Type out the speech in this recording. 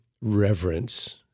reverence